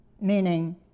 meaning